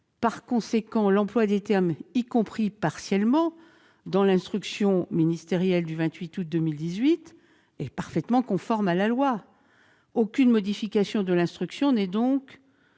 Par conséquent, l'emploi des termes « y compris partiellement » dans l'instruction ministérielle du 28 août 2018 est parfaitement conforme à la loi. Aucune modification de l'instruction n'est donc